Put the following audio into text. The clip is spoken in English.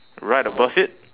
right above it